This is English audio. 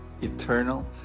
eternal